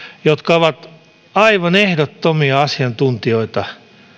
jotka ovat aivan ehdottomia asiantuntijoita